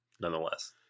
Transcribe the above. nonetheless